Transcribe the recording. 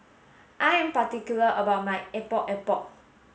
I am particular about my epok epok